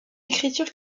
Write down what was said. écriture